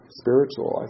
spiritual